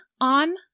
on